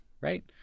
right